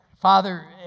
Father